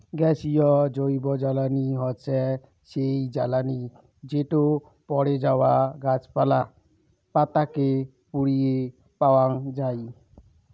গ্যাসীয় জৈবজ্বালানী হসে সেই জ্বালানি যেটো পড়ে যাওয়া গাছপালা, পাতা কে পুড়িয়ে পাওয়াঙ যাই